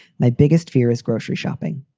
my biggest fear is grocery shopping.